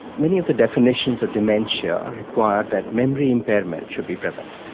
many of the definitions of dementia require that memory impairment should be present,